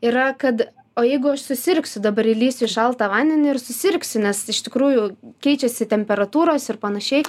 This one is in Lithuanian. yra kad o jeigu aš susirgsiu dabar įlįsiu į šaltą vandenį ir susirgsiu nes iš tikrųjų keičiasi temperatūros ir panašiai